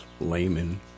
layman